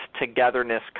togetherness